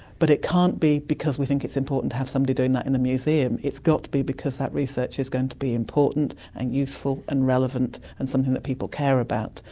but it can't be because we think it's important to have somebody doing that in the museum, it's got to be because that research is going to be important and useful and relevant and something that people care about.